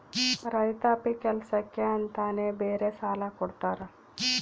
ರೈತಾಪಿ ಕೆಲ್ಸಕ್ಕೆ ಅಂತಾನೆ ಬೇರೆ ಸಾಲ ಕೊಡ್ತಾರ